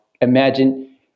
Imagine